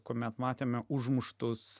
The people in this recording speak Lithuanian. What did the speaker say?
kuomet matėme užmuštus